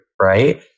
right